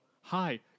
hi